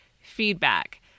feedback